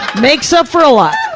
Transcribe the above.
makes up for a lot!